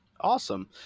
Awesome